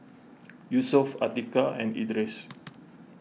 Yusuf Atiqah and Idris